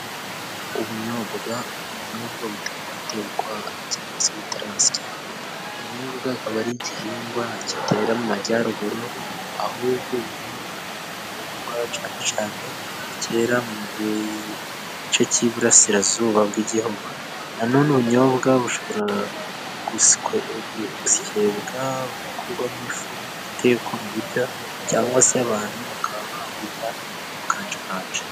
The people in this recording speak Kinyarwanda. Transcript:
Ubunyobwa , ubunyobwa butaratekwa cyangwa se batarasya. Ubunyobwa akaba ari igihingwa kitera mu majyaruguru. Ahubwo ubunyobwa butewa cyane cyane, cyera mu gice cy'iburasirazuba bw'igihugu na ho ubunyobwa bushobora gusyebwa bugakorwamo ifu itekwa mu biryo cyangwa se abantu bakaba baburya babukanjakanje.